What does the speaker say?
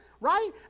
right